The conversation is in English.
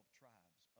tribes